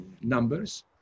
numbers